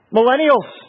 Millennials